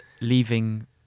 leaving